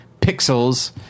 pixels